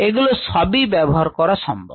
এগুলো সবই ব্যবহার করা সম্ভব